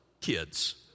kids